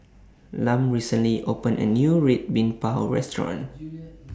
Lum recently opened A New Red Bean Bao Restaurant